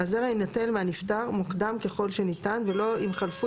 הזרע יינטל מהנפטר מוקדם ככל שניתן ולא אם חלפו